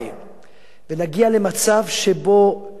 שנגיע למצב שבו הממשלה הבאה,